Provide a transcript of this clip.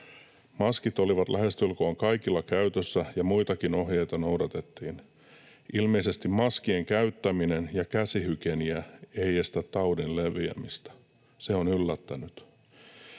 ’Maskit olivat lähestulkoon kaikilla käytössä, ja muitakin ohjeita noudatettiin. Ilmeisesti maskien käyttäminen ja käsihygienia eivät estä taudin leviämistä. Se on yllättänyt.’